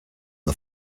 the